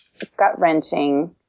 gut-wrenching